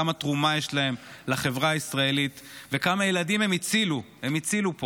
כמה תרומה יש להם לחברה הישראלית וכמה ילדים הם הצילו פה: